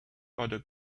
other